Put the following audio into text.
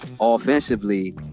offensively